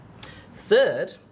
Third